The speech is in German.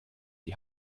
die